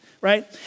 right